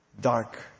dark